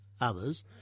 others